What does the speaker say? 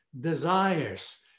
desires